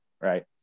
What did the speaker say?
right